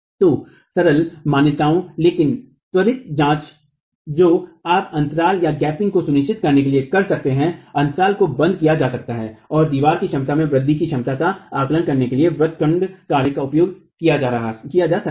तो सरल मान्यताओं लेकिन त्वरित जांच जो आप अन्तरालगैपिंग को सुनिश्चित करने के लिए कर सकते हैं अंतराल को बंद किया जा सकता है और दीवार की क्षमता में वृद्धि की क्षमता का आकलन करने के लिए व्रत खंड कार्रवाई का उपयोग किया जा सकता है